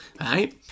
right